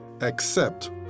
accept